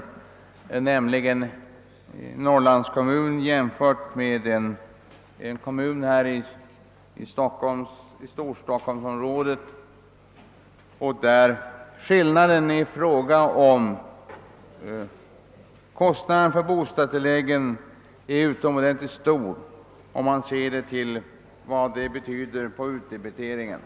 Det gäller förhållandena i en Norrlandskommun jämfört med en kommun här i Storstockholmsområdet, och det visar sig att skillnaden i kostnad för bostadstilläggen är utomordentligt stor, om man ser till vad det betyder för utdebiteringen.